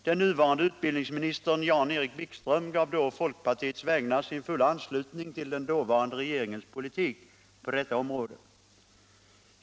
Den nuvarande utbildningsministern, Jan-Erik Wikström, gav då på folkpartiets vägnar sin fulla anslutning till den dåvarande regeringens politik på detta område.